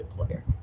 employer